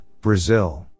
Brazil